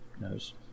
knows